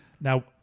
now